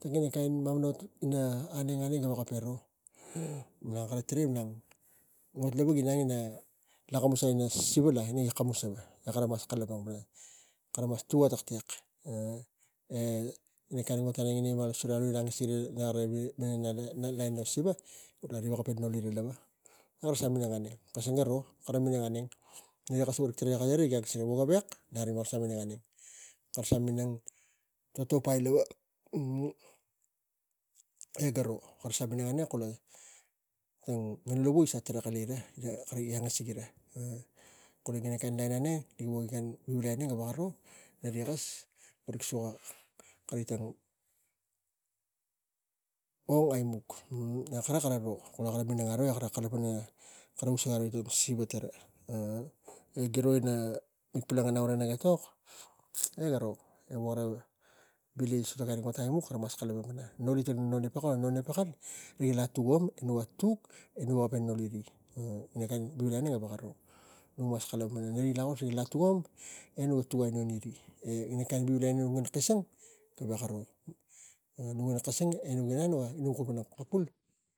vo ina mamana ot ina etok garo ga malang kara tarai ot lava gi inang lakamus sai ina ot lai gi kamus lava. Kara mas kalapang pana kara mas tug ataktek e ta kain ina wogi lona siva riga e me ngen ina lo siva rik pata noli ra lava kara sa minang e ka sung kara vil larim kara sa minang auneng. Kara sa minang e tupai lava e garo kara sa minang kula tang non lavu rig sa tarag alu e riga angasigi ra kula kari lain auneng wo neng kari vivilai gaveko ro. Neri kes suka kari tang ot vo aimuk kara kara ro ina auneng e kara kalapang pana kara musi kara siva. E giro palangan nau naga etok e garo mana vili kara vil aro noli kara non lavu riga latu vuam tuk e nuk vuk wogi kain vivilai auneng gaveko ro nuk mas kalapangn ina si ga la tung vuam e nuga tuk aino iri ne ina vivilai gaveko ro e nuga mang kisang kuvul pana ina kapul.